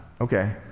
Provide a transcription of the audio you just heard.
okay